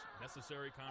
Necessary